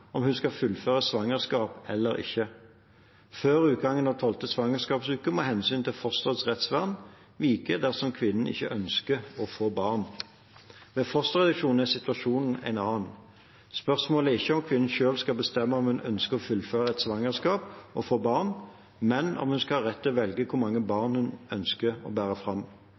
om hun skal fullføre et svangerskap eller ikke. Før utgangen av tolvte svangerskapsuke må hensynet til fosterets rettsvern vike dersom kvinnen ikke ønsker å få barn. Ved fosterreduksjon er situasjonen en annen. Spørsmålet er ikke om kvinnen selv skal bestemme om hun ønsker å fullføre et svangerskap og få barn, men om hun skal ha rett til å velge hvor mange barn hun ønsker å bære fram.